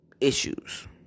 issues